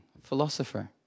philosopher